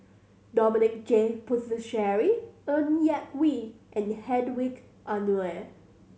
Dominic J Puthucheary Ng Yak Whee and Hedwig Anuar